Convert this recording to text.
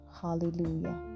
Hallelujah